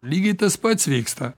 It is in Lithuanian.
lygiai tas pats vyksta